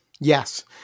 yes